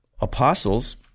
apostles